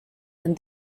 and